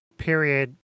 period